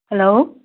hello